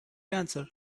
answer